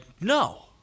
no